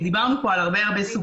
דיברנו פה על הרבה סוגיות,